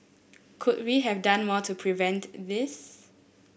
could we have done more to prevent this